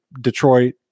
detroit